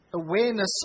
Awareness